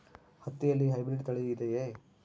ಹತ್ತಿಯಲ್ಲಿ ಹೈಬ್ರಿಡ್ ತಳಿ ಇದೆಯೇ?